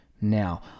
Now